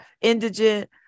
indigent